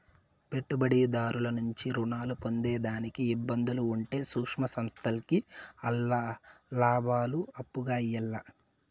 పెట్టుబడిదారుల నుంచి రుణాలు పొందేదానికి ఇబ్బందులు ఉంటే సూక్ష్మ సంస్థల్కి ఆల్ల లాబాలు అప్పుగా ఇయ్యాల్ల